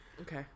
Okay